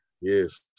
Yes